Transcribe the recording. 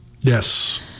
Yes